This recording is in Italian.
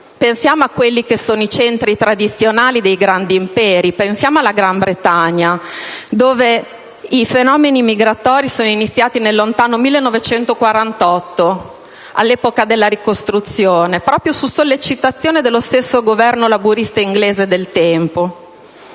Pensiamo ai centri tradizionali dei grandi imperi, pensiamo alla Gran Bretagna, dove i fenomeni migratori sono iniziati nel lontano 1948, all'epoca della ricostruzione, proprio su sollecitazione dello stesso Governo laburista inglese del tempo;